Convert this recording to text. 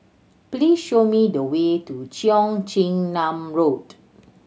please show me the way to Cheong Chin Nam Road